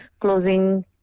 closing